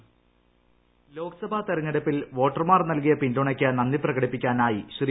voice Lok Sabha തെരഞ്ഞെടുപ്പിൽ വോട്ടർമാർ നൽകിയ പിന്തുണയ്ക്ക് നന്ദി പ്രകടിപ്പിക്കാനായി ശ്രീ